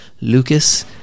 Lucas